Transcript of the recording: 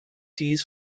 dies